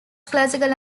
classical